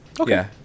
okay